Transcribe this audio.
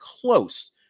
close